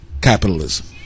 Capitalism